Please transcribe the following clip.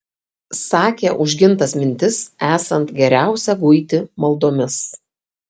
sakė užgintas mintis esant geriausia guiti maldomis